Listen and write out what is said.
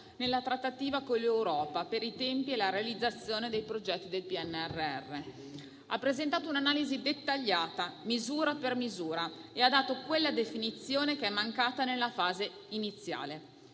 nella trattativa con l'Europa per i tempi e la realizzazione dei progetti del PNRR. Ha presentato un'analisi dettagliata misura per misura e ha dato quella definizione che è mancata nella fase iniziale.